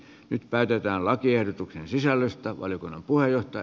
nyt päätetään lakiehdotuksen sisällöstä